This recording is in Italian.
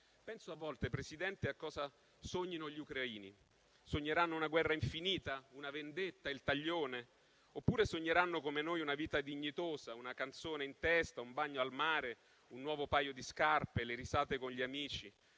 Penso a volte, Presidente, a cosa sognano gli ucraini; sogneranno una guerra infinita, una vendetta, il taglione? Oppure sogneranno, come noi, una vita dignitosa, una canzone in testa, un bagno al mare, un nuovo paio di scarpe, le risate con gli amici?